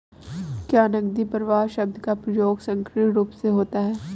क्या नकदी प्रवाह शब्द का प्रयोग संकीर्ण रूप से होता है?